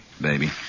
baby